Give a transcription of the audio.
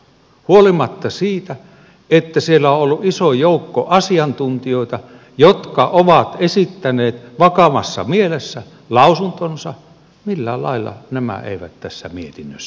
huolimatta siitä että siellä on ollut iso joukko asiantuntijoita jotka ovat esittäneet vakavassa mielessä lausuntonsa millään lailla nämä eivät tässä mietinnössä näy